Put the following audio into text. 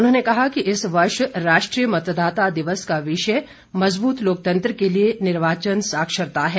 उन्होंने कहा कि इस वर्ष राष्ट्रीय मतदाता दिवस का विषय मजबूत लोकतं के लिए निर्वाचन साक्षरता है